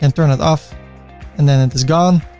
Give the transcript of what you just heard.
and turn it off and then it is gone.